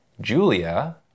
Julia